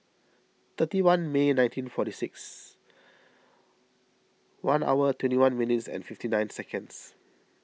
thirty one May nineteen forty six one hour twenty one minutes fifty nine seconds